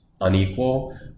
unequal